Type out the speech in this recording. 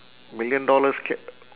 million dollars ca~